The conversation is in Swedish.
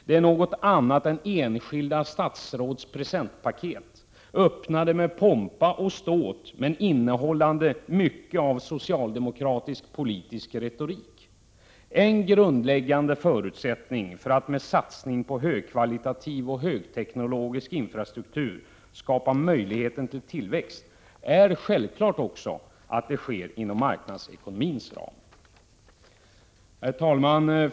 Det är något annat än enskilda statsråds presentpaket — öppnade med pompa och ståt, men innehållande mycket av socialdemokratisk politisk retorik. En grundläggande förutsättning för att man med satsning på högkvalitativ och högteknologisk infrastruktur skall kunna skapa möjlighet till tillväxt är självfallet att det sker inom marknadsekonomins ram. Herr talman!